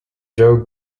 joe